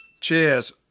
Cheers